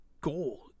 goal